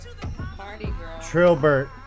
Trilbert